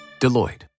Deloitte